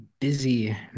busy